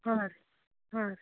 ಹಾಂ ಹಾಂ ಹಾಂ